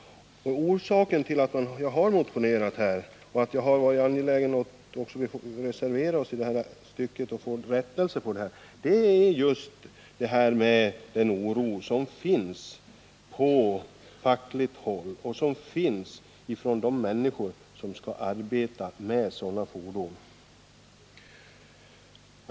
Orsaken till att man har motionerat och till att jag också har varit angelägen om att vi skulle reservera oss i detta stycke för att få till stånd en ändring är just den oro som finns på fackligt håll och bland de människor som skall arbeta med dessa fordon.